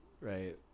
right